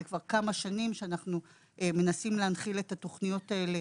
זה כבר כמה שנים שאנחנו מנסים להנחיל את התוכניות האלה.